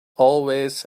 always